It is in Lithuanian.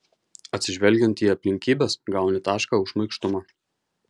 atsižvelgiant į aplinkybes gauni tašką už šmaikštumą